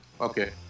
Okay